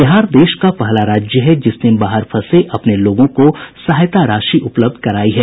बिहार देश का पहला राज्य है जिसने बाहर फंसे अपने लोगों को सहायता राशि उपलब्ध करायी है